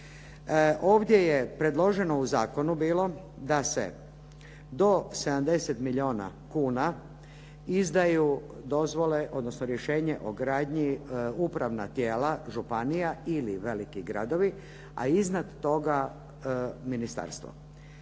Ovdje je predloženo u zakonu bilo da se do 70 milijuna kuna izdaju dozvole odnosno rješenje o gradnji upravna tijela županija ili veliki gradovi a iznad toga ministarstvo.